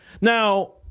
Now